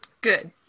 good